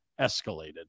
escalated